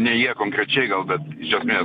ne jie konkrečiai gal bet iš esmės